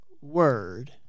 word